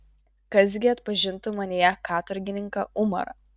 kas gi atpažintų manyje katorgininką umarą